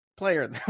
Player